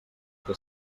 que